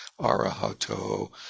Arahato